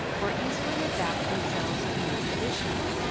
or easily adapt themselves to new conditions.